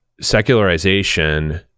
secularization